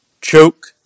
choke